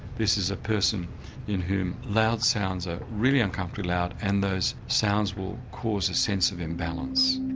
this is a person in whom loud sounds are really uncomfortably loud and those sounds will cause a sense of imbalance.